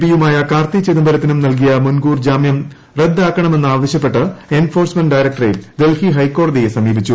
പിയുമായ കാർത്തി ചിദംബരത്തിനും നൽകിയ ചിദംബരത്തിനും നൽകിയ മുൻകൂർ ജാമ്യാ റദ്ദാക്കണമെന്നാവശ്യപ്പെട്ട് എൻഫോഴ്സ്മെന്റ് ഡയറക്ടറേറ്റ് ഡൽഹി ഹൈക്കോടതിയെ സമീപിച്ചു